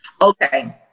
Okay